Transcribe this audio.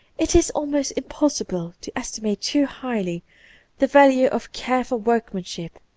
it is almost impossible to estimate too highly the value of careful workmanship,